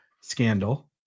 scandal